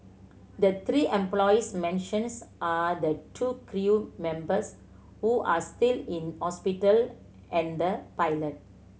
the three employees mentions are the two crew members who are still in hospital and the